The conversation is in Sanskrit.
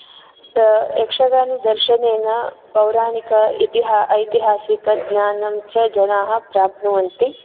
यक्षगानदर्शनेन पौराणिक इतिहा ऐतिहासिक ज्ञानं च जनाः प्राप्नुवन्ति